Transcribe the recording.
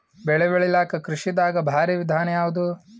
ಬೆಳೆ ಬೆಳಿಲಾಕ ಕೃಷಿ ದಾಗ ಭಾರಿ ವಿಧಾನ ಯಾವುದು?